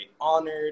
honored